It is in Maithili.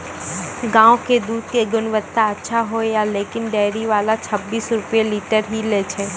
गांव के दूध के गुणवत्ता अच्छा होय या लेकिन डेयरी वाला छब्बीस रुपिया लीटर ही लेय छै?